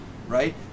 right